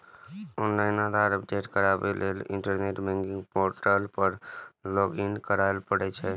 online Aadhaar update कराबै लेल internet banking portal पर लॉगइन करय पड़ै छै